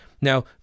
Now